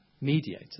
mediator